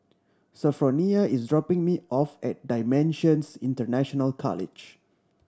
Sophronia is dropping me off at Dimensions International College